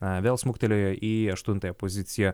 na vėl smuktelėjo į aštuntąją poziciją